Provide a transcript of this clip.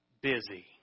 busy